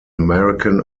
american